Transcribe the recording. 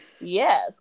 yes